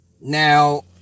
Now